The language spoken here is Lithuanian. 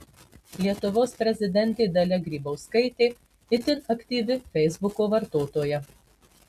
lietuvos prezidentė dalia grybauskaitė itin aktyvi feisbuko vartotoja